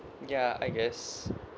ya I guess